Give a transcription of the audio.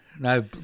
No